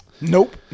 Nope